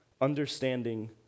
understanding